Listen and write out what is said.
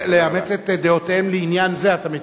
לאמץ את דעותיהם לעניין זה, אתה מתכוון.